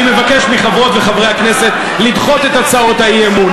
אני מבקש מחברות וחברי הכנסת לדחות את הצעות האי-אמון.